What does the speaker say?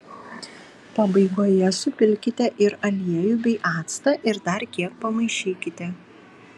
pabaigoje supilkite ir aliejų bei actą ir dar kiek pamaišykite